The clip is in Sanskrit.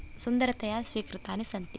सुन्दरतया स्वीकृतानि सन्ति